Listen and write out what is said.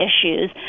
issues